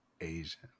Asian